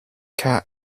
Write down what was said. car